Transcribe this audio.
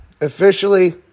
officially